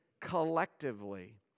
collectively